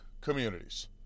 communities